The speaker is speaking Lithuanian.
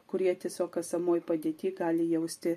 kurie tiesiog esamoj padėty gali jausti